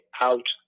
out